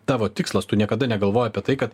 tavo tikslas tu niekada negalvoji apie tai kad